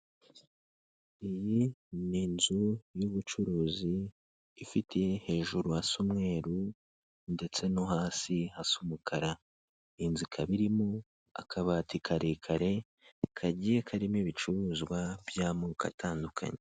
Iyi ni inzu y'ubucuruzi ifite hejuru hasa umweru ndetse no hasi hasa umukara, iyi nzu ikaba irimo akabati karekare kagiye karimo ibicuruzwa by'amoko atandukanye.